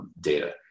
Data